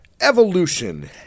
Evolution